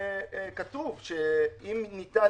כתוב שאם יהיה ניתן